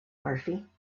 murphy